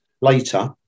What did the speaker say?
later